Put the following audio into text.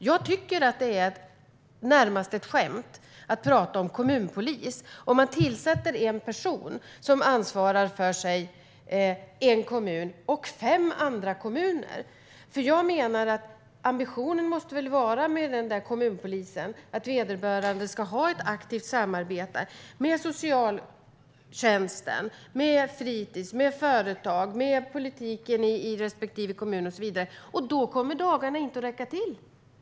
Jag tycker att det närmast är ett skämt att prata om kommunpolis om man tillsätter en person som ansvarar för en kommun och fem andra kommuner. Ambitionen med kommunpolisen måste väl vara att vederbörande ska ha ett aktivt samarbete med socialtjänsten, med fritis, med företag, med politiker i respektive kommun och så vidare. Då kommer dagarna inte att räcka till.